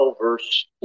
verse